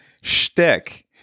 shtick